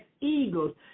eagles